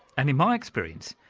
and in my experience,